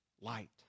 light